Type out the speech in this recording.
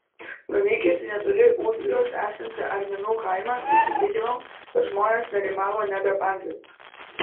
nuvykęs į netoli ūdrijos esantį arminų kaimą įsitikinau kad žmonės nerimavo ne be pagrindo